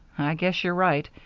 i guess you're right.